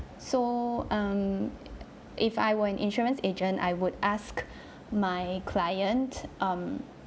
so um if I were an insurance agent I would ask my client um